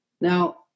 Now